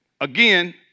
Again